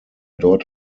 dort